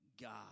God